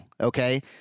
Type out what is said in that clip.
Okay